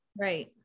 Right